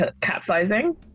capsizing